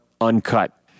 uncut